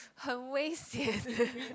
很危险 eh